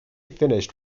finished